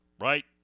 Right